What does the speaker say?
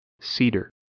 CEDAR